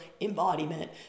embodiment